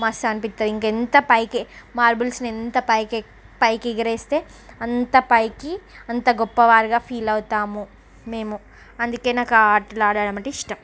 మస్త్ అనిపిస్తుంది ఇంకా ఎంత పైకి మార్బుల్స్ని ఎంత పైకి ఎక పైకి ఎగరేస్తే అంత పైకి అంత గొప్పవారుగా ఫీల్ అవుతాము మేము అందుకే నాకు ఆ ఆటలు ఆడటం అంటే ఇష్టం